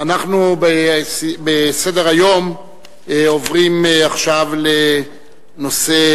אנחנו בסדר-היום עוברים עכשיו לנושא